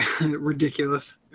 ridiculous